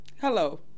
hello